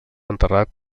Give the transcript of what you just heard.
enterrat